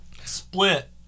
split